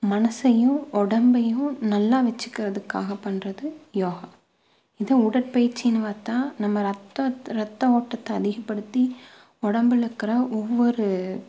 மனசையும் உடம்பையும் நல்லா வச்சிக்கிறதுக்காக பண்ணுறது யோகா இதை உடற்பயிற்சினு பார்த்தா நம்ம ரத்தம் ரத்த ஓட்டத்தை அதிகப்படுத்தி உடம்புல இருக்கிற ஒவ்வொரு